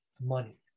money